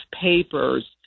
papers